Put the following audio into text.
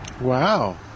Wow